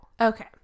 Okay